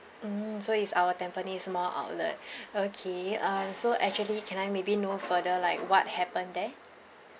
mm so is our tampines mall outlet okay um so actually can I maybe know further like what happened there